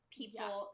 people